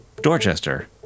Dorchester